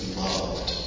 loved